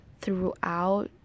throughout